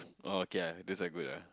oh okay ah that's why good ah